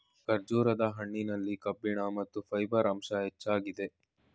ಖರ್ಜೂರದ ಹಣ್ಣಿನಲ್ಲಿ ಕಬ್ಬಿಣ ಮತ್ತು ಫೈಬರ್ ಅಂಶ ಹೆಚ್ಚಾಗಿದೆ